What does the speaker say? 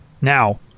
Now